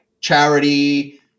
charity